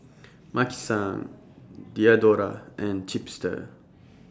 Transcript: Maki San Diadora and Chipster